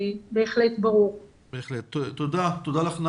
תודה לך.